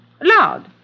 loud